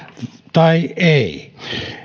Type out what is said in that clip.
tai ei